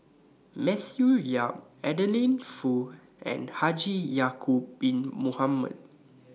Matthew Yap Adeline Foo and Haji Ya'Acob Bin Mohamed